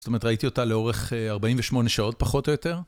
זאת אומרת, ראיתי אותה לאורך 48 שעות, פחות או יותר.